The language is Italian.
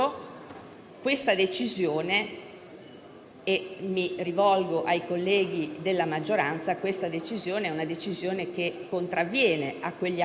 la frustrazione e il senso di abbandono che tante giovani risorse brillanti del nostro Paese provano nel vedersi sempre relegate dietro le quinte.